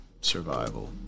survival